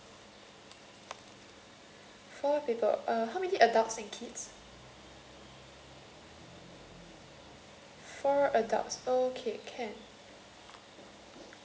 four people uh how many aldults and kids four adults okay can